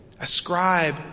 ascribe